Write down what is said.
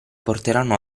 porteranno